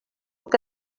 que